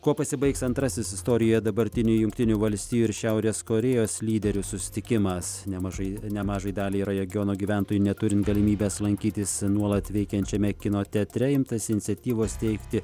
kuo pasibaigs antrasis istorijoj dabartinių jungtinių valstijų ir šiaurės korėjos lyderių susitikimas nemažai nemažai daliai ra regiono gyventojų neturint galimybės lankytis nuolat veikiančiame kino teatre imtasi iniciatyvos steigti